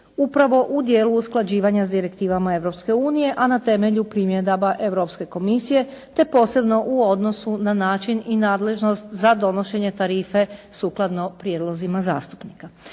upravo u dijelu usklađivanja s direktivama Europske unije, a na temelju primjedaba Europske komisije te posebno u odnosu na način i nadležnost za donošenje tarife sukladno prijedlozima zastupnika.